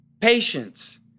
patience